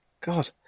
God